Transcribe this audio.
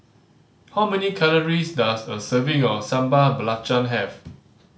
how many calories does a serving of Sambal Belacan have